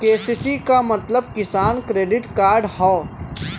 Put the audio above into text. KCC क मतलब किसान क्रेडिट कार्ड हौ